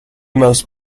most